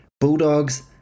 Bulldogs